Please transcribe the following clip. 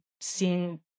seeing